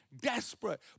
desperate